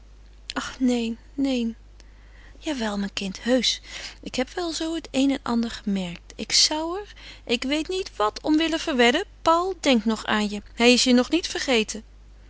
ach neen neen jawel mijn kind heusch ik heb wel zoo het een en ander gemerkt ik zou er ik weet niet wat om willen verwedden paul denkt nog aan je hij is je nog niet vergeten